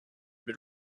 been